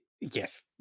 Yes